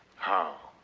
how?